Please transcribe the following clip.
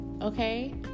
okay